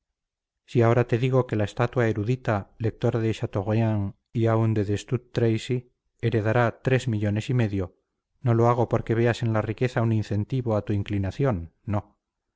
si ahora te digo que la estatua erudita lectora de chateaubriand y aun de destut tracy heredará tres millones y medio no lo hago porque veas en la riqueza un incentivo a tu inclinación no